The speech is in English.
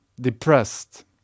depressed